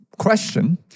Question